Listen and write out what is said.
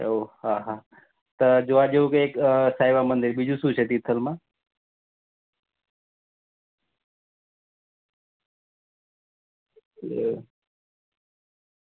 એવું હા હા તો જોવા જેવું કંઈક સાંઈબાબા મંદિર બીજું શું છે તીથલમાં